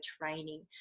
training